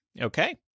Okay